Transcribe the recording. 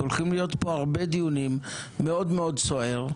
הולכים להיות פה הרבה דיונים, היה מאוד-מאוד סוער.